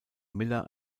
miller